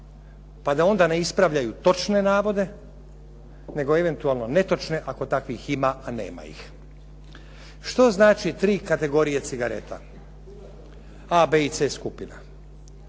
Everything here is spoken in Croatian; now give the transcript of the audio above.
pa da onda ne ispravljaju točne navode, nego eventualno netočne ako takvih ima a nema ih. Što znači tri kategorije cigareta A, B i C skupina?